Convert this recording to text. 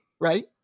right